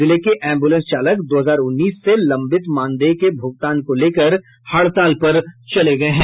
जिले के एम्बुलेंस चालक दो हजार उन्नीस से लंबित मानदेय के भुगतान को लेकर हड़ताल पर चले गये हैं